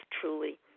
truly